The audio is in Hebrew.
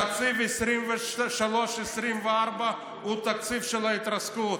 תקציב 2024-2023 הוא תקציב של ההתרסקות.